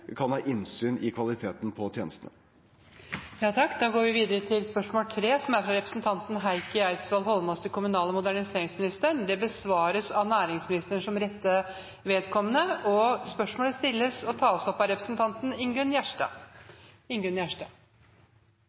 kan ha innsyn i kvaliteten på tjenestene. Dette spørsmålet, fra representanten Heikki Eidsvoll Holmås til kommunal- og moderniseringsministeren, besvares av næringsministeren som rette vedkommende. Spørsmålet tas opp av representanten Ingunn Gjerstad.